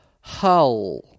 Hull